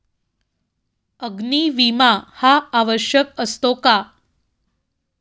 अग्नी विमा हा आवश्यक असतो का?